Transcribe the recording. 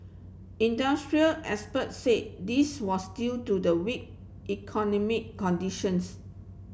industrial experts said this was due to the weak economic conditions